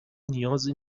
نیازی